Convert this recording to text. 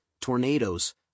tornadoes